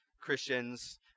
Christians